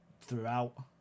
throughout